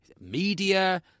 media